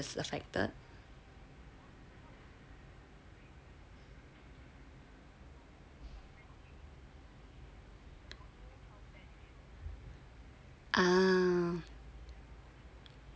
ah